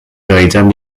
realitzant